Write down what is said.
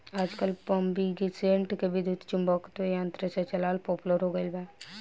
आजकल पम्पींगसेट के विद्युत्चुम्बकत्व यंत्र से चलावल पॉपुलर हो गईल बा